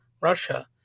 Russia